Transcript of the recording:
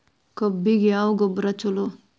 ಕಬ್ಬಿಗ ಯಾವ ಗೊಬ್ಬರ ಛಲೋ?